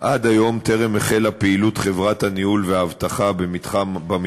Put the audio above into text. עד היום טרם החלה פעילות חברת הניהול והאבטחה במתחם,